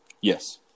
Yes